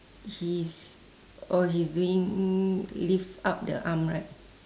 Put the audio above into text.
he's oh he's doing lift up the arm right